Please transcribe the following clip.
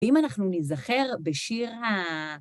אם אנחנו נזכר בשיר הה...